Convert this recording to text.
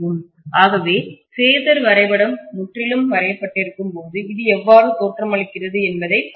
ஆகவே பேஸர் வரைபடம் முற்றிலும் வரையப்பட்டிருக்கும் போது இது எவ்வாறு தோற்றமளிக்கிறது என்பதைப் பார்ப்போம்